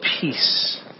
peace